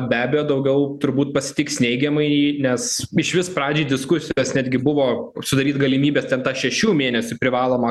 be abejo daugiau turbūt pasitiks neigiamai nes išvis pradžiai diskusijos netgi buvo sudaryt galimybes ten tą šešių mėnesių privalomą